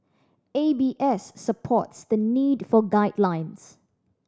A B S supports the need for guidelines